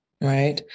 Right